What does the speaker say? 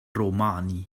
romani